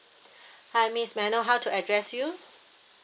hi miss may I know how to address you